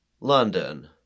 London